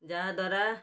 ଯାହାଦ୍ୱାରା